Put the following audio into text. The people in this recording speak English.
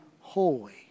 holy